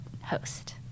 host